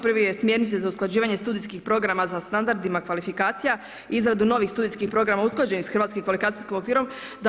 Prvi je smjernice za usklađivanje studijskih programa za standardima kvalifikacija, izradu novih studijskih programa usklađenih s hrvatskim kvalifikacijskim okvirom.